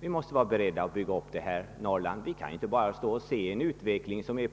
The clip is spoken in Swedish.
Vi måste vara beredda att bygga upp Norrland. Vi kan inte bara stå och se på utvecklingen där.